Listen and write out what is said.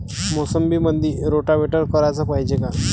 मोसंबीमंदी रोटावेटर कराच पायजे का?